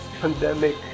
pandemic